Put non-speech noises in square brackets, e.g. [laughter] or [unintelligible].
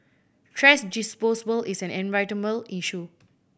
thrash [unintelligible] is an [unintelligible] issue